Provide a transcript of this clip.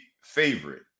favorite